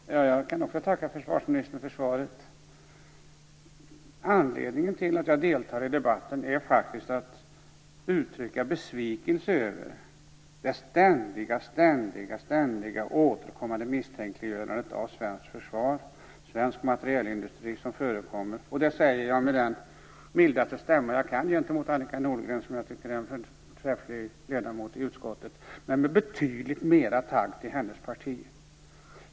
Fru talman! Jag kan också tacka försvarsministern för svaret. Jag deltar faktiskt i den här debatten därför att jag vill uttrycka besvikelse över det ständiga och återkommande misstänkliggörandet av det svenska försvaret och den svenska materielindustrin. Det säger jag med den mildaste stämma jag kan gentemot Annika Nordgren - som jag tycker är en förträfflig ledamot i utskottet - men med betydligt mera skärpa gentemot hennes parti.